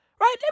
right